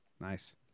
nice